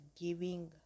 giving